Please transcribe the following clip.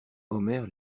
omer